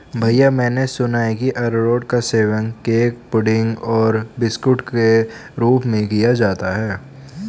भैया मैंने सुना है कि अरारोट का सेवन केक पुडिंग और बिस्कुट के रूप में किया जाता है